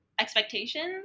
expectations